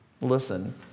Listen